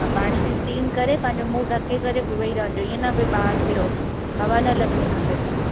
ऐं पाणी जी स्टीम करे पंहिंजो मुंहुं ढके करे पोइ वेई रहिजो इअं न भाई ॿार फिरो हवा न लॻिणी खपे पोइ